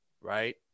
right